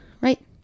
right